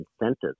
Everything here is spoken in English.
incentives